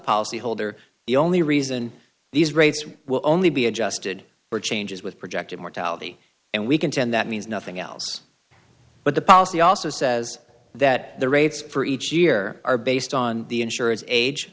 policyholder the only reason these rates will only be adjusted for changes with projected mortality and we contend that means nothing else but the policy also says that the rates for each year are based on the insurance age